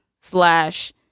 slash